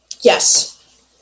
Yes